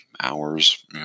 hours